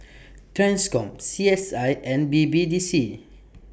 TRANSCOM C S I and B B D C